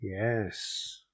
Yes